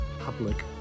Public